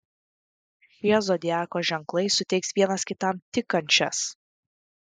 šie zodiako ženklai suteiks vienas kitam tik kančias